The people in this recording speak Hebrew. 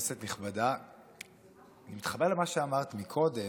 כנסת נכבדה, אני מתחבר למה שאמרת קודם,